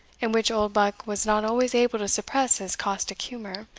in which oldbuck was not always able to suppress his caustic humour,